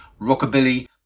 rockabilly